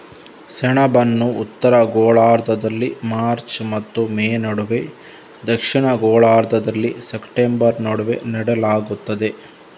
ಸೆಣಬನ್ನು ಉತ್ತರ ಗೋಳಾರ್ಧದಲ್ಲಿ ಮಾರ್ಚ್ ಮತ್ತು ಮೇ ನಡುವೆ, ದಕ್ಷಿಣ ಗೋಳಾರ್ಧದಲ್ಲಿ ಸೆಪ್ಟೆಂಬರ್ ನಡುವೆ ನೆಡಲಾಗುತ್ತದೆ